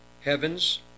Heavens